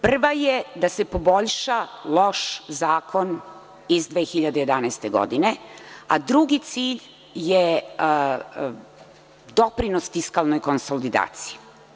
Prvi je da se poboljša loš zakon iz 2011. godine, a drugi cilj je doprinos fiskalnoj konsolidaciji.